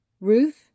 Ruth